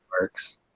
works